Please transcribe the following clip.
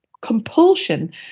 compulsion